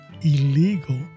illegal